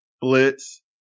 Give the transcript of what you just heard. blitz